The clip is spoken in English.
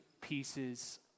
pieces